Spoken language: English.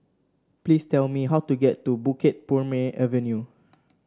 please tell me how to get to Bukit Purmei Avenue